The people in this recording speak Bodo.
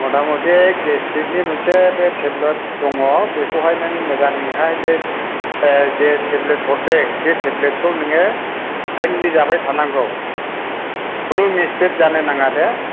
मथा मथि गेस्टिकनि मोनसे बे टेब्लेट दङ बेखौहाय नों मोजाङैहाय बे ओ जे टेब्लेट हरदों बे टेब्लेटखौ नोङो थाइमलि जाबाय थानांगौ खुनु मिसटेक जानो नाङा दे